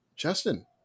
Justin